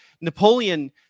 Napoleon